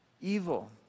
Evil